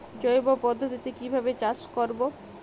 জৈব পদ্ধতিতে কিভাবে চাষ করব?